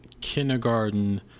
kindergarten